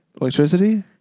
electricity